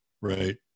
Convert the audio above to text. Right